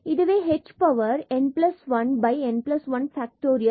இதுவே h power n1 n1